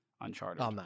Uncharted